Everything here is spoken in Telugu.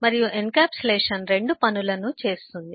మరియు ఎన్క్యాప్సులేషన్ 2 పనులు చేస్తుంది